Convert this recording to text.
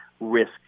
Risk